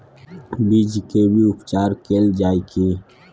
बीज के भी उपचार कैल जाय की?